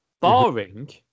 Barring